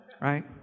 right